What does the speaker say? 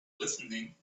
listening